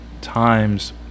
times